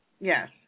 Yes